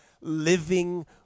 living